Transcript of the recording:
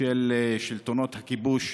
של שלטונות הכיבוש,